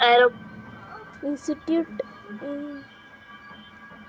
institutional investors ದೊಡ್ಡ್ ಮಟ್ಟದ್ stocks ಅಥವಾ ಷೇರ್ ತಗೋಳದು ಮತ್ತ್ ಮಾರಾಟ್ ಮಾಡದು ಮಾಡ್ತಾರ್